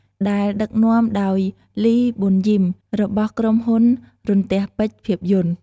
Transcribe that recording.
ដែលដឹកនាំដោយ លី ប៊ុនយីម របស់ក្រុមហ៊ុនរន្ទះពេជ្រភាពយន្ត ។